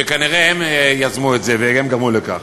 שכנראה הם יזמו את זה והם גרמו לכך.